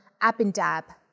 Abindab